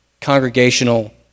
congregational